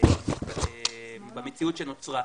במציאות שנוצרה.